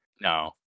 no